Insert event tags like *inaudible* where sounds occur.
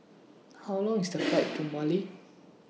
How Long IS The *noise* Flight to Mali